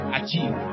achieve